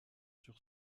sur